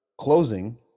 closing